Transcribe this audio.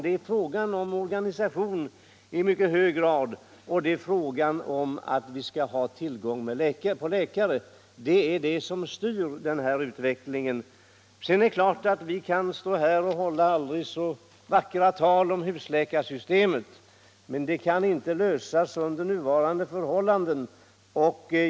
Det är fråga om organisation i mycket hög grad, och det är fråga om att vi skall ha tillgång på läkare. Det är det som styr denna utveckling. Det är klart att vi kan stå här och hålla vackra tal om husläkarsystemet, men den frågan kan inte lösas under nuvarande förhållanden.